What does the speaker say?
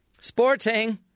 Sporting